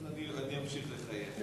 אז אני אמשיך לחייך.